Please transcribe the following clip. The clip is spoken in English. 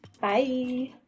Bye